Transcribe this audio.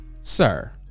sir